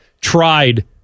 tried